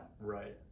right